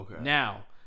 Now